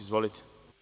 Izvolite.